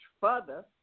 further